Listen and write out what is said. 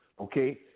Okay